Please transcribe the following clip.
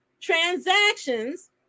transactions